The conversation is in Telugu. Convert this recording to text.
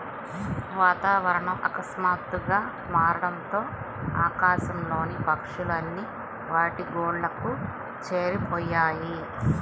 వాతావరణం ఆకస్మాతుగ్గా మారడంతో ఆకాశం లోని పక్షులు అన్ని వాటి గూళ్లకు చేరిపొయ్యాయి